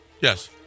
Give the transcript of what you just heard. Yes